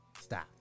stop